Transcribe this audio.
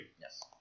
Yes